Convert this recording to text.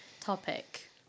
topic